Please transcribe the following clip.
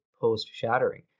post-shattering